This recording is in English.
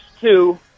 two